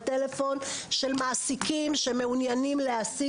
טלפון של מעסיקים שמעוניינים להעסיק.